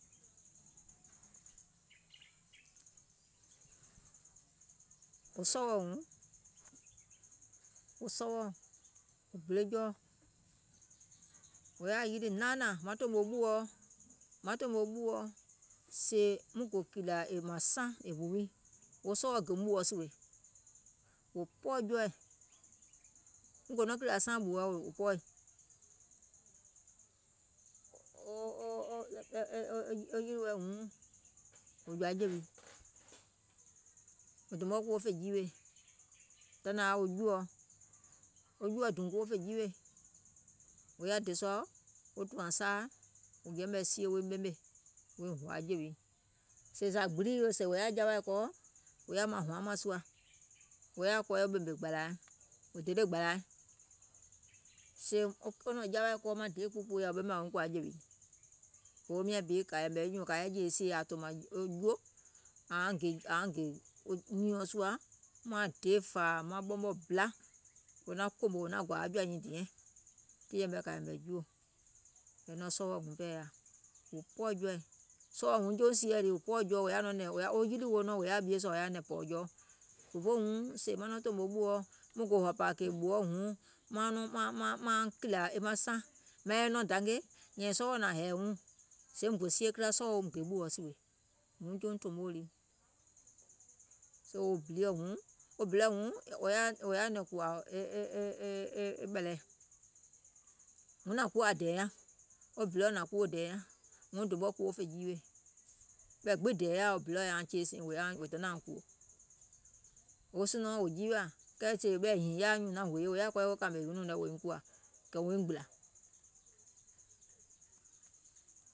Wo sɔwɔɔ̀ wuŋ, wo sɔwɔɔ̀, wò gbile jɔɔ, wò yaȧ yilì naanȧȧŋ, maŋ tòmò ɓùɔ, maŋ tòmò ɓùɔ, sèè muŋ gò gùùlȧ maŋ saŋ kò ɓù wii, wo sɔwɔɔ̀ gèùm ɓùɔ sìwè, wò pɔɔ̀ jɔɔɛ̀, mùŋ gò nɔŋ kìlìȧ saŋ ɓùɔ wò pɔɔ̀ìŋ, wo yilì wɛɛ̀ wuŋ wò jɔ̀ȧ jèwì, e dùùm mɔ̀ɛ̀ kuwo wo fè jiwiè, tiŋ nȧŋ yaȧ wo juòɔ, wo juòɔ dùùm kuwo fè jiwiè, wò yaȧ dè sùȧ wo tɔ̀àŋ saa, wò yɛmɛ̀ sie woiŋ ɓemè woiŋ hòȧ jèwì, sèè zȧ gbìliì wo sèè wò yaȧ jawaȧ kɔɔ, wò yaà maŋ hɔ̀ȧaŋ mȧŋ sùȧ, wò yaȧ kɔɔyɛ wo ɓèmè gbȧlȧa, wò dele gbȧlȧa, sèè wo nɔ̀ŋ jawaȧ kɔɔ maŋ deè kpuukpùù yaȧa wò ɓemàŋ wuŋ wouŋ kòȧ jèwì, fòfoo kȧ yɛ̀mɛ̀ nyùùŋ kȧ yɛi jèè sìe ȧŋ tòmȧŋ juò ȧuŋ gè wɔŋ nyììɔŋ sùȧ, maŋ deè fȧȧ maŋ ɓɔmɓɔ bila, wò naŋ kòmò wò naŋ gɔ̀ȧȧ aŋ jɔ̀ȧuŋ nyȧŋ diɛŋ, kȧ yɛ̀mɛ̀ juò, yɛ̀ì nɔŋ sɔwɔ wuŋ pɛɛ yaȧ, wò pɔɔ̀ jɔɔɛ̀, wo sɔwɔɔ̀ wuŋ jouŋ sìeɛ̀ lii wò pɔɔ̀ jɔɔ wò ya nɔŋ nɛ̀ŋ wo yilì wo nɔŋ wò yaȧ ɓieɛ̀ sùȧ wò yaȧ nɛ̀ŋ pɔ̀ɔ̀ jɔɔ, fòfoo wuŋ sèè maŋ nɔŋ tòmò ɓùɔ, muŋ gò hɔ̀pȧ kèè ɓùɔ wuŋ, maaŋ kìlìȧ maŋ saŋ maŋ yɛi nɔŋ dangè, nyɛ̀iŋ sɔwɔɔ̀ nȧŋ hɛ̀ɛ̀ wuŋ, sèè muŋ. gò sie kila, wò donȧuŋ gè ɓùɔ sìwè, wuŋ jouŋ tòmo lii. Soo wo biliɔ̀ wuŋ, wo biliɔ̀ wuŋ wò yaȧ nɛ̀ŋ kùwȧ ɓɛ̀ lɛɛ̀, wuŋ nȧŋ kuwo aŋ dɛ̀ɛ̀ nyaŋ, wo biliɔ̀ nȧŋ kuwo dɛ̀ɛ̀ nyaŋ, dùùm mɔɛ kuwo fè jiwiè, ɓɛ̀ gbiŋ dɛ̀ɛ̀ yaȧa wò donȧŋ chassiŋ wò donȧuŋ kùwò. Wo sunɔ̀ɔŋ wò jiwiȧ, kɛɛ ɓɛ̀i hììŋ yaȧi nyùùŋ naŋ hòyè wò yaȧ kɔɔyɛ wo kȧmè hinìuŋ nɛ̀ woiŋ koȧ weiŋ gbìlȧ.